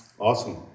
Awesome